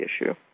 issue